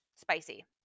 Spicy